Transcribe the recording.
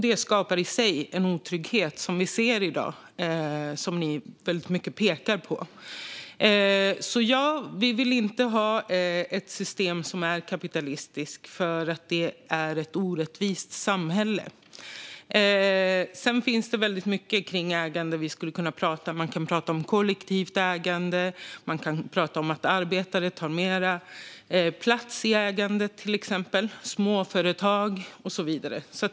Det skapar i sig en otrygghet, vilket vi ser i dag och som ni väldigt mycket pekar på. Vi vill alltså inte ha ett kapitalistiskt system, eftersom det ger ett orättvist samhälle. Vi skulle kunna prata ganska mycket om ägande. Man kan prata om kollektivt ägande, till exempel att arbetare tar mer plats i ägandet, småföretag och så vidare.